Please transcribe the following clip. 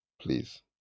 Please